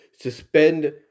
suspend